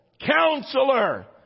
Counselor